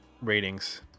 ratings